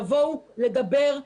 תבואו לדבר.